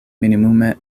minimume